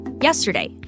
Yesterday